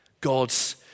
God's